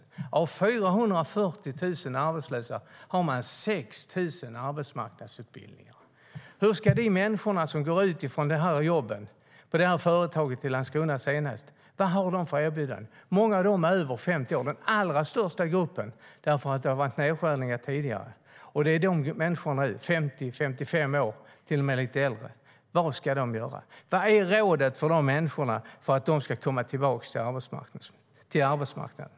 Till 440 000 arbetslösa har man 6 000 arbetsmarknadsutbildningar. Hur ska människorna som går ut från det företag som senast slog igen i Landskrona göra? Vad har de för erbjudanden? Många av dem är över 50 år; det är den allra största gruppen eftersom det har varit nedskärningar tidigare. Vad ska de som är 55 år och till och med lite äldre göra? Vad är rådet till de människorna för att de ska komma tillbaka till arbetsmarknaden?